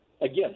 Again